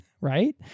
right